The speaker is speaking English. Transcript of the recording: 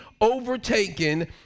overtaken